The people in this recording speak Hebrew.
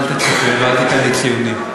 אל תצפה ואל תיתן לי ציונים.